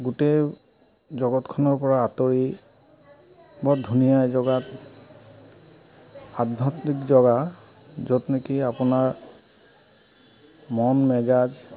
গোটেই জগতখনৰ পৰা আঁতৰি বৰ ধুনীয়া এজেগাত আধ্যাত্মিক জেগা য'ত নেকি আপোনাৰ মন মেজাজ